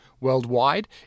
Worldwide